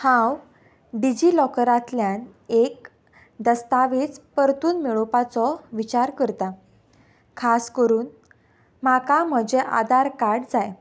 हांव डिजिलॉकरांतल्यान एक दस्तावेज परतून मेळोवपाचो विचार करतां खास करून म्हाका म्हजें आदार कार्ड जाय